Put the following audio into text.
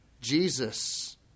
Jesus